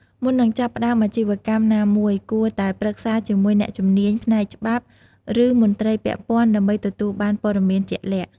មុននឹងចាប់ផ្តើមអាជីវកម្មណាមួយ គួរតែប្រឹក្សាជាមួយអ្នកជំនាញផ្នែកច្បាប់ ឬមន្ត្រីពាក់ព័ន្ធដើម្បីទទួលបានព័ត៌មានជាក់លាក់។